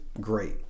great